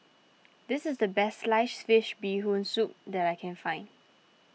this is the best Sliced Fish Bee Hoon Soup that I can find